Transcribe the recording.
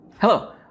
Hello